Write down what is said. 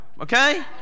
Okay